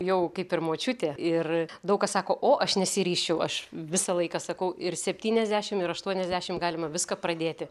jau kaip ir močiutė ir daug kas sako o aš nesiryžčiau aš visą laiką sakau ir septyniasdešim ir aštuoniasdešim galima viską pradėti